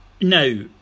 Now